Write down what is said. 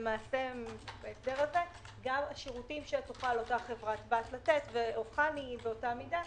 וגם בהקשר של חברות בנות, זה באותו עניין.